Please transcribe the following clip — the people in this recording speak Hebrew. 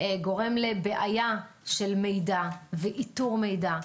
גורם לבעיה של מידע ואיתור מידע.